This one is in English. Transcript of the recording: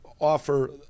offer